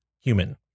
Human